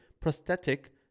prosthetic